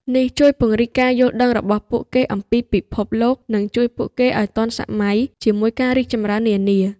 នេះជួយពង្រីកការយល់ដឹងរបស់ពួកគេអំពីពិភពលោក និងជួយពួកគេឱ្យទាន់សម័យជាមួយការរីកចម្រើននានា។